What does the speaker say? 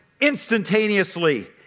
instantaneously